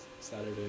Saturday